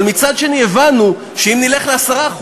אבל מצד שני הבנו שאם נלך ל-10%,